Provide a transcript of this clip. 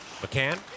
McCann